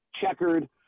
checkered